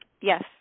Yes